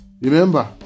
Remember